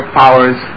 powers